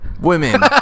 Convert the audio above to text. women